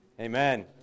Amen